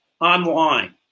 online